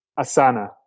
Asana